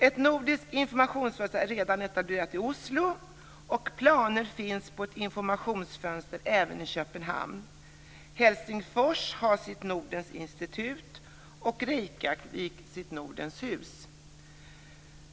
Ett nordiskt informationsfönster är redan etablerat i Oslo och planer finns på ett informationsfönster även i Köpenhamn. Helsingfors har sitt Nordens Institut, och Reykjavik har sitt Nordens Hus.